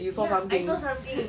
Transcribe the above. ya I saw something